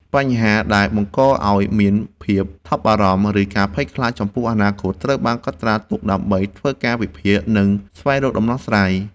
បញ្ហាដែលបង្កឱ្យមានភាពថប់បារម្ភ ឬការភ័យខ្លាចចំពោះអនាគត ត្រូវបានកត់ត្រាទុកដើម្បីធ្វើការវិភាគ និងស្វែងរកដំណោះស្រាយ។